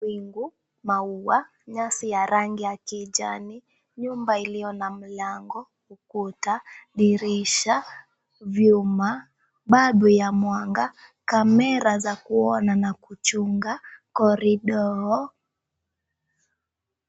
Wingu, maua, nyasi ya rangi ya kijani, nyumba iliyo na mlango, ukuta, dirisha, vyuma, balbu ya mwanga, kamera za kuona na kuchunga korido.